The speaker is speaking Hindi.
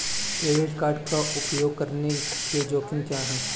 क्रेडिट कार्ड का उपयोग करने के जोखिम क्या हैं?